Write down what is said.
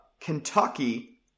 Kentucky